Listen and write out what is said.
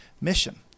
mission